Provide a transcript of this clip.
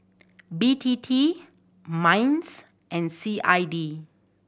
B T T MINDS and C I D